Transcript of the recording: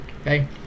Okay